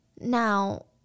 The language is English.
Now